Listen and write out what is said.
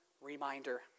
Reminder